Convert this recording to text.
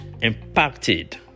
impacted